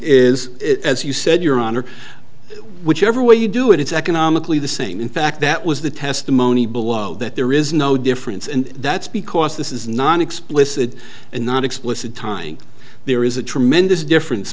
is as you said your honor whichever way you do it it's economically the same in fact that was the testimony below that there is no difference and that's because this is not explicit and not explicit timing there is a tremendous difference